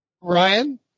Ryan